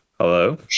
Hello